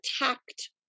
attacked